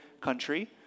country